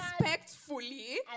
respectfully